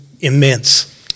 immense